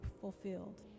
fulfilled